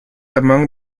among